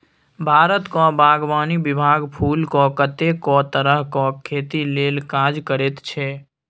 भारतक बागवानी विभाग फुलक कतेको तरहक खेती लेल काज करैत छै